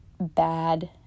bad